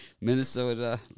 minnesota